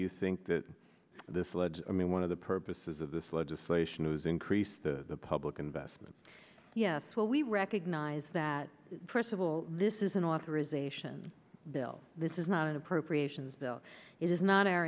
you think that the sledges i mean one of the purposes of this legislation is increase the public investment yes well we recognize that first of all this is an authorization bill this is not an appropriations bill it is not our